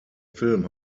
film